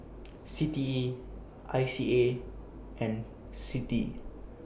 C T E I C A and CITI